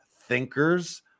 thinkers